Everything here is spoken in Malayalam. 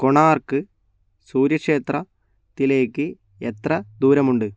കൊണാർക്ക് സൂര്യക്ഷേത്രത്തിലേക്ക് എത്ര ദൂരമുണ്ട്